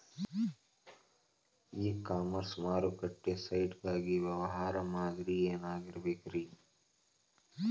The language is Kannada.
ಇ ಕಾಮರ್ಸ್ ಮಾರುಕಟ್ಟೆ ಸೈಟ್ ಗಾಗಿ ವ್ಯವಹಾರ ಮಾದರಿ ಏನಾಗಿರಬೇಕ್ರಿ?